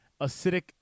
acidic